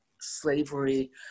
slavery